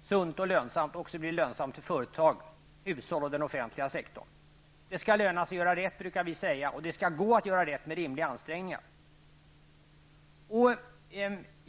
sunt och lönsamt också blir lönsamt för företagen, hushåll och den offentliga sektorn. Det skall löna sig att göra rätt brukar vi säga, och det skall gå att göra rätt med rimliga ansträngningar.